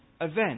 event